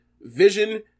vision